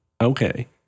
okay